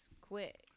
quit